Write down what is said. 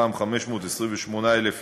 מתוכם 528,000